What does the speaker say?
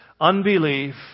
unbelief